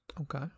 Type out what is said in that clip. Okay